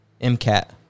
MCAT